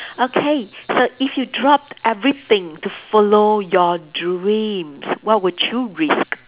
okay so if you drop everything to follow your dreams what would you risk